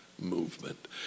Movement